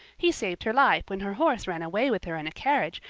he saved her life when her horse ran away with her in a carriage,